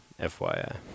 FYI